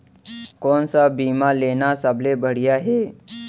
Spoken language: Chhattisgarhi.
कोन स बीमा लेना सबले बढ़िया हे?